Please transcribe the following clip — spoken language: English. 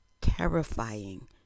terrifying